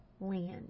land